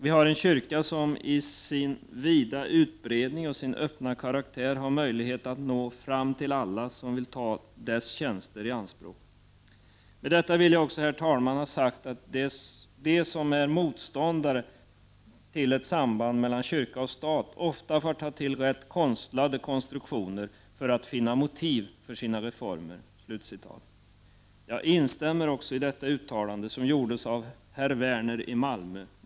Vi har en kyrka som med sin vida utbredning och sin öppna karaktär har möjlighet att nå fram till alla som vill ta dess tjänster i anspråk. Med detta vill jag också, herr talman, ha sagt att de som är motståndare till ett samband mellan kyrka och stat ofta får ta till rätt konstlade konstruktioner för att finna motiv för sina reformer.” Jag instämmer i detta som uttalades av moderaten herr Werner i Malmö.